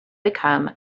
become